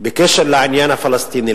בקשר לעניין הפלסטיני,